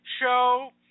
show